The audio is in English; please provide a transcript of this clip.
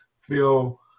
feel